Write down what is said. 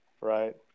right